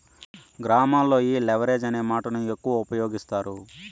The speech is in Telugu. గ్రామాల్లో ఈ లెవరేజ్ అనే మాటను ఎక్కువ ఉపయోగిస్తారు